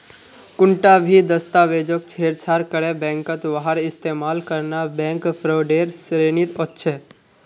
कुंटा भी दस्तावेजक छेड़छाड़ करे बैंकत वहार इस्तेमाल करना बैंक फ्रॉडेर श्रेणीत वस्छे